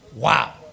Wow